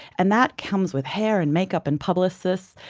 and that comes with hair and makeup and publicists.